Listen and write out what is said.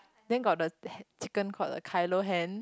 then got the that chicken called the Kylo-Hen